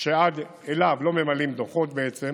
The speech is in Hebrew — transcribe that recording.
שעד אליו לא ממלאים דוחות,